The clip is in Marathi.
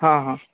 हां हां